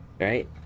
Right